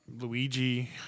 Luigi